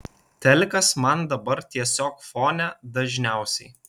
telikas man dabar tiesiog fone dažniausiai